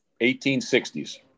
1860s